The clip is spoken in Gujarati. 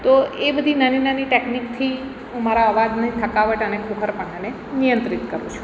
તો એ બધી નાની નાની ટેકનિકથી હું મારા અવાજને થકાવટ અને ખોખરાપણાને નિયંત્રિત કરું છું